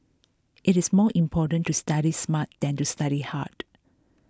it is more important to study smart than to study hard